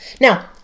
Now